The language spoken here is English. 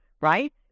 right